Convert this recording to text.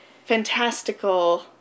fantastical